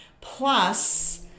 plus